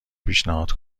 پیشنهاد